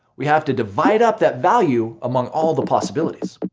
we have to divide up that value among all the possibilities.